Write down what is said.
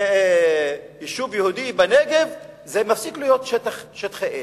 יישוב יהודי בנגב זה מפסיק להיות שטחי אש.